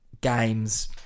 games